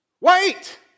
Wait